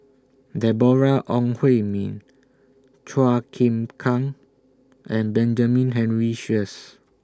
Deborah Ong Hui Min Chua Chim Kang and Benjamin Henry Sheares